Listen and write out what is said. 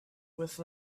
with